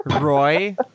Roy